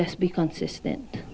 let's be consistent